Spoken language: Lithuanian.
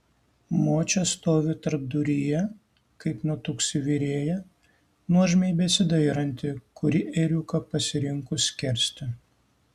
močia stovi tarpduryje kaip nutuksi virėja nuožmiai besidairanti kurį ėriuką pasirinkus skersti